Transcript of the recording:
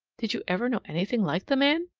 did you ever know anything like the man?